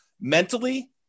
mentally